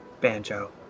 Banjo